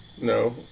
No